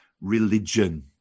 religion